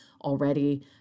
already